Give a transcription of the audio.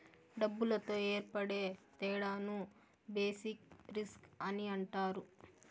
డబ్బులతో ఏర్పడే తేడాను బేసిక్ రిస్క్ అని అంటారు